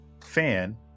fan